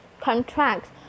contracts